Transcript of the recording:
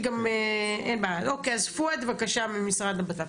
גם תקשורת מקומית וגם בינלאומית,